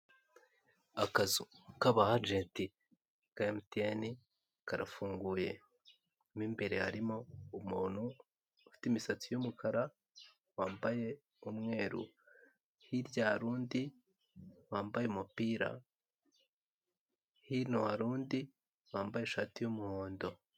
Akazu k'aba ajenti ka MTN karafunguye, mo imbere harimo umuntu ufite imisatsi y'umukara, wambaye umweru, hirya hari undi wambaye umupira, hino hari undi wambaye ishati y'umuhondo.